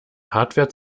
hardware